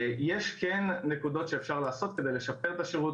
יש כן נקודות שאפשר לעשות כדי לשפר את השירות,